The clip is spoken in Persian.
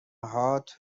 هات